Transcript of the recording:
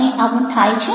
તમને આવું થાય છે